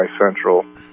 Central